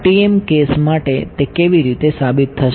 TM case માટે તે કેવી રીતે સાબિત થશે